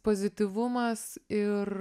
pozityvumas ir